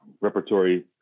repertory